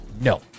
No